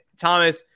thomas